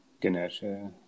Ganesha